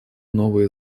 новые